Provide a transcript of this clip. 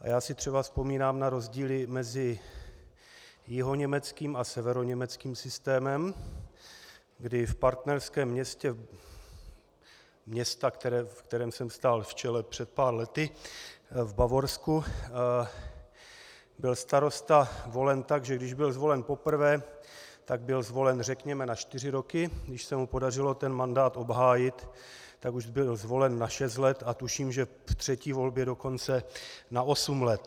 A já si třeba vzpomínám na rozdíly mezi jihoněmeckým a severoněmeckým systémem, kdy v partnerském městě města, v kterém jsem stál v čele před pár lety, v Bavorsku byl starosta volen tak, že když byl zvolen poprvé, tak byl zvolen, řekněme, na čtyři roky, když se mu podařilo ten mandát obhájit, tak už byl zvolen na šest let a tuším, že v třetí volbě dokonce na osm let.